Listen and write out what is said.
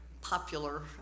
popular